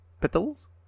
Petals